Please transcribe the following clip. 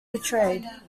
portrayed